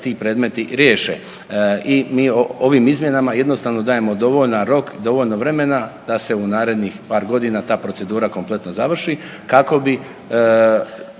ti predmeti riješe. I mi ovim izmjenama jednostavno dajemo dovoljan rok, dovoljno vremena da se u narednih par godina ta procedura kompletno završi kako bi